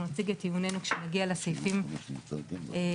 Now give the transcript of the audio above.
נציג את טיעונינו כשנגיע לסעיפים הרלוונטיים.